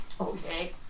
Okay